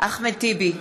אחמד טיבי,